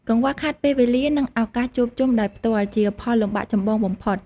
កង្វះខាតពេលវេលា និងឱកាសជួបជុំដោយផ្ទាល់ជាផលលំបាកចម្បងបំផុត។